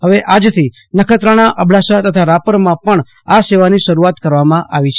ફવે આજથી નખત્રાણાઅબડાસાતથા રાપરમાં પણ આ સેવાની શરૂઆત કરવામા આવી છે